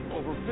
over